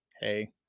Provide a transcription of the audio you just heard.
hey